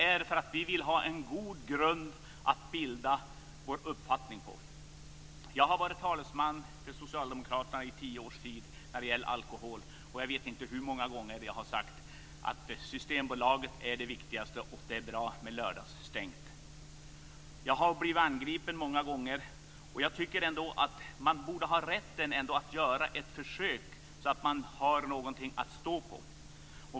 Jo, för att vi vill ha god grund att stå på när vi bildar oss vår uppfattning. Jag har varit talesman för Socialdemokraterna när det gäller alkohol i tio års tid, och jag vet inte hur många gånger jag har sagt att Systembolaget är det viktigaste och att det är bra med lördagsstängt. Jag har blivit angripen för det många gånger, och jag tycker ändå att man borde ha rätten att göra ett försök, så att man har en grund att stå på.